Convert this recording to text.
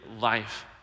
life